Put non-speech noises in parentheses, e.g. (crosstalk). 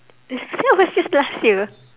(laughs) that was just last year